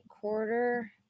quarter –